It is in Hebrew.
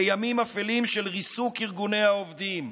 לימים אפלים של ריסוק ארגוני העובדים,